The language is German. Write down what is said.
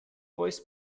voice